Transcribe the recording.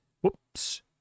Whoops